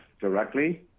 directly